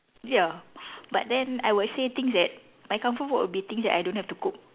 ya but then I would say things that my comfort food would be things that I don't have to cook